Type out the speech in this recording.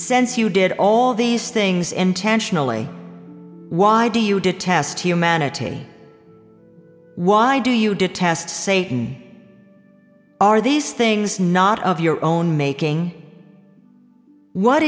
sense you did all these things intentionally why do you detest humanity why do you detest say when are these things not of your own making what